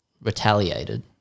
retaliated